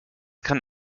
kann